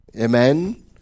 Amen